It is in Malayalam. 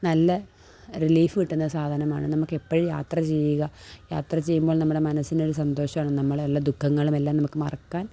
നല്ല റിലീഫ് കിട്ടുന്ന സാധനമാണ് നമുക്കെപ്പോഴും യാത്ര ചെയ്യുക യാത്ര ചെയ്യുമ്പോൾ നമ്മുടെ മനസ്സിനൊരു സന്തോഷമാണ് നമ്മുടെ എല്ലാ ദുഖങ്ങളും എല്ലാം നമുക്ക് മറക്കാൻ